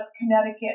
Connecticut